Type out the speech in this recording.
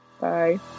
Bye